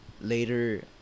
later